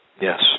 Yes